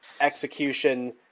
execution